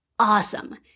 Awesome